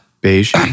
Beige